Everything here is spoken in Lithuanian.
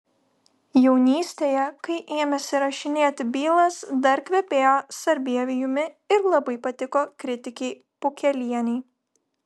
jaunystėje kai ėmėsi rašinėti bylas dar kvepėjo sarbievijumi ir labai patiko kritikei pukelienei